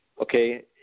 okay